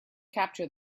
capture